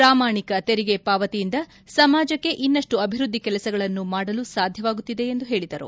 ಪ್ರಾಮಾಣಿಕ ತೆರಿಗೆ ಪಾವತಿಯಿಂದ ಸಮಾಜಕ್ಕೆ ಇನ್ನಷ್ಟು ಅಭಿವೃದ್ದಿ ಕೆಲಸಗಳನ್ನು ಮಾಡಲು ಸಾಧ್ಯವಾಗುತ್ತಿದೆ ಎಂದು ಹೇಳಿದರು